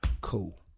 cool